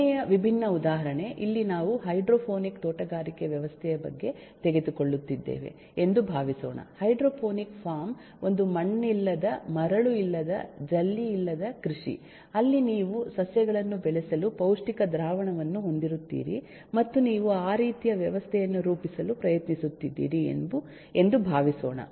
ಮೂರನೆಯ ವಿಭಿನ್ನ ಉದಾಹರಣೆ ಇಲ್ಲಿ ನಾವು ಹೈಡ್ರೋಪೋನಿಕ್ ತೋಟಗಾರಿಕೆ ವ್ಯವಸ್ಥೆಯ ಬಗ್ಗೆ ತೆಗೆದುಕೊಳ್ಳುತ್ತಿದ್ದೇವೆ ಎಂದು ಭಾವಿಸೋಣ ಹೈಡ್ರೋಪೋನಿಕ್ ಫಾರ್ಮ್ ಒಂದು ಮಣ್ಣಿಲ್ಲದ ಮರಳು ಇಲ್ಲದ ಜಲ್ಲಿ ಇಲ್ಲದ ಕೃಷಿ ಅಲ್ಲಿ ನೀವು ಸಸ್ಯಗಳನ್ನು ಬೆಳೆಸಲು ಪೌಷ್ಟಿಕ ದ್ರಾವಣವನ್ನು ಹೊಂದಿರುತ್ತೀರಿ ಮತ್ತು ನೀವು ಆ ರೀತಿಯ ವ್ಯವಸ್ಥೆಯನ್ನು ರೂಪಿಸಲು ಪ್ರಯತ್ನಿಸುತ್ತಿದ್ದೀರಿ ಎಂದು ಭಾವಿಸೋಣ